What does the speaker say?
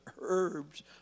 herbs